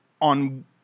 on